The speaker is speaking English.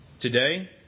Today